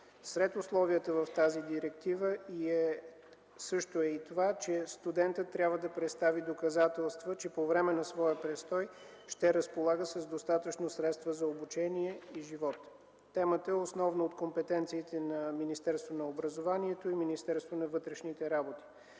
Сред условията в директивата също е и това, че студентът трябва да представи доказателства, че по време на своя престой ще разполага с достатъчно средства за обучение и живот. Темата е основно от компетенциите на Министерството на образованието, младежта и науката и Министерството на вътрешните работи.